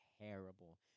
terrible